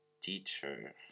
teacher